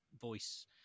voice